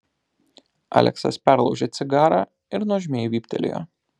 aleksas perlaužė cigarą ir nuožmiai vyptelėjo